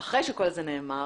אחרי שכל זה נאמר